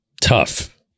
tough